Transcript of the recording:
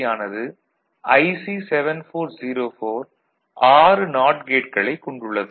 ஆனது IC 7404 6 not கேட்களைக் கொண்டுள்ளது